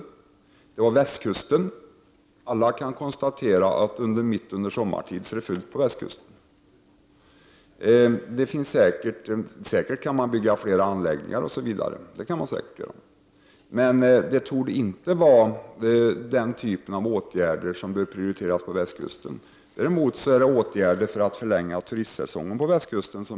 Det första var västkusten, och alla kan konstatera att det mitt under sommaren är fullt på västkusten. Säkerligen kan man bygga flera anläggningar, men det torde inte vara den typen av åtgärder som bör prioriteras på västkusten. Däremot bör man prioritera åtgärder för att förlänga turistsäsongen på västkusten.